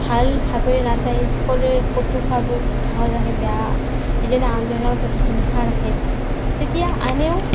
ভাল ভাবেৰে নাচায় সকলোৱে কটুভাবে বেয়া বা ইজনে আনজনৰ প্ৰতি হিংসা ৰাখে তেতিয়া আনেও